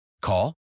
Call